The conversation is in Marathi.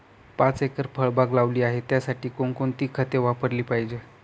पाच एकर फळबाग लावली आहे, त्यासाठी कोणकोणती खते वापरली पाहिजे?